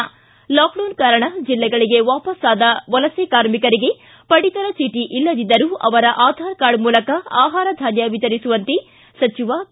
ಿ ಲಾಕ್ಡೌನ್ ಕಾರಣ ಜಿಲ್ಲೆಗಳಿಗೆ ವಾಪಸ್ಸಾದ ವಲಸೆ ಕಾರ್ಮಿಕರಿಗೆ ಪಡಿತರ ಚೀಟಿ ಇಲ್ಲದಿದ್ದರೂ ಅವರ ಆಧಾರ್ ಕಾರ್ಡ್ ಮೂಲಕ ಆಹಾರ ಧಾನ್ಯ ವಿತರಿಸುವಂತೆ ಸಚಿವ ಕೆ